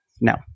no